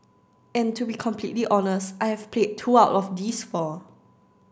and to be completely honest I have played two out of these four